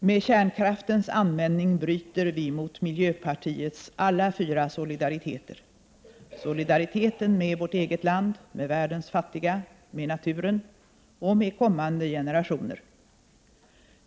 Med kärnkraftens användning bryter vi mot miljöpartiets alla fyra solidariteter — solidariteten med vårt eget land, med världens fattiga, med naturen och med kommande generationer.